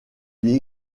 lui